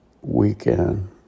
weekend